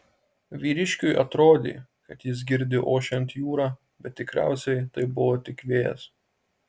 vyriškiui atrodė kad jis girdi ošiant jūrą bet tikriausiai tai buvo tik vėjas